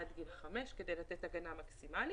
עד גיל 5 כדי לתת הגנה מקסימלית.